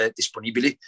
disponibili